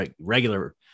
regular